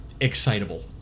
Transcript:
excitable